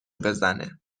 بزنه